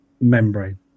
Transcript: membrane